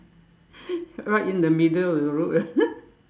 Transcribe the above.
right in the middle of the road ah